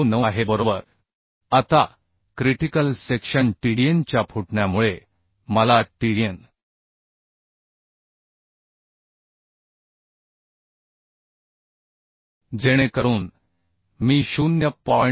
029 आहे बरोबर आता क्रिटिकल सेक्शन Tdn च्या फुटण्यामुळे मला Tdnची स्ट्रेन्थ मिळाली जेणेकरून मी 0